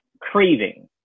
craving